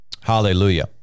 Hallelujah